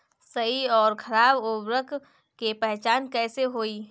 सही अउर खराब उर्बरक के पहचान कैसे होई?